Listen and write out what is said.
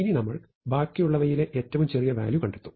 ഇനി നമ്മൾ ബാക്കിയുള്ളവയിലെ ഏറ്റവും ചെറിയ വാല്യൂ കണ്ടെത്തും